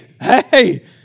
hey